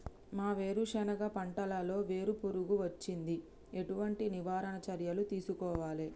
మా వేరుశెనగ పంటలలో వేరు పురుగు వచ్చింది? ఎటువంటి నివారణ చర్యలు తీసుకోవాలే?